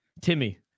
timmy